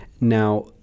Now